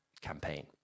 campaign